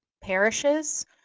parishes